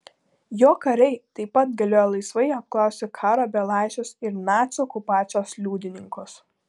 jo kariai taip pat galėjo laisvai apklausti karo belaisvius ir nacių okupacijos liudininkus